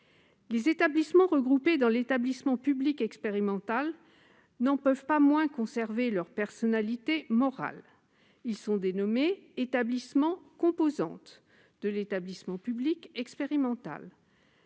Les établissements regroupés dans l'établissement public expérimental n'en peuvent pas moins conserver leur personnalité morale. Ils sont dénommés « établissements-composantes » de l'établissement public expérimental.